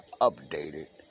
updated